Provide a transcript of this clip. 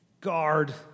guard